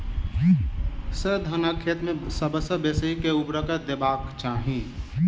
sir, धानक खेत मे सबसँ बेसी केँ ऊर्वरक देबाक चाहि